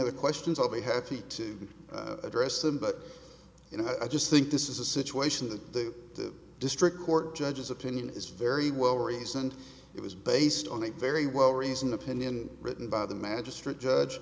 other questions i'll be happy to address them but you know i just think this is a situation that the district court judge's opinion is very well reasoned it was based on a very well reasoned opinion written by the magistrate judge